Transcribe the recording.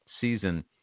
season